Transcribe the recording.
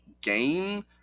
gain